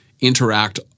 interact